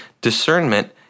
discernment